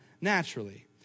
naturally